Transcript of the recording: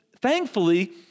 thankfully